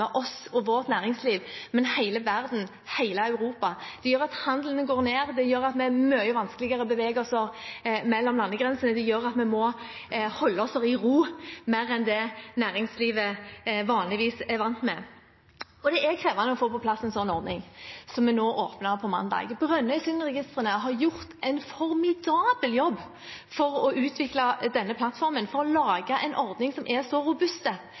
oss og vårt næringsliv, men hele verden, hele Europa. Det gjør at handelen går ned, det gjør at det er mye vanskeligere å bevege seg mellom landegrensene, det gjør at vi må holde oss i ro mer enn det næringslivet vanligvis er vant med. Det er krevende å få på plass en sånn ordning som vi nå åpnet på mandag. Brønnøysundregistrene har gjort en formidabel jobb med å utvikle denne plattformen, for å lage en ordning som er så